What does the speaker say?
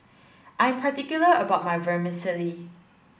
I'm particular about my Vermicelli